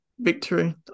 victory